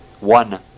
one